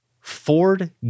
Ford